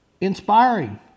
inspiring